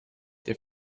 der